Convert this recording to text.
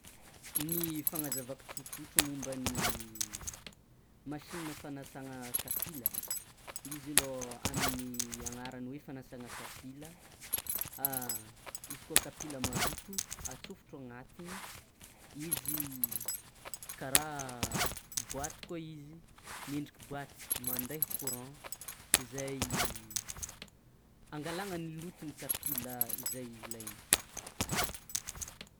Ny fanazavako tsotsotra momba ny machina fanasana kapila izy alô amin' y agnarany hoe fanasana kazpila, izy koa kapila maloto atsofotro anatiny izy kara boaty koa izy mendriky boaty mande courant izay angalagna ny loton'ny kapila izay ilaigny.